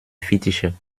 fittiche